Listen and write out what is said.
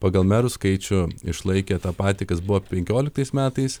pagal merų skaičių išlaikė tą patį kas buvo penkioliktais metais